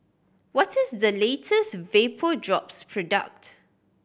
what is the latest Vapodrops product